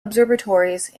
observatories